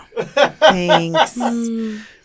Thanks